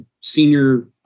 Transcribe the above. senior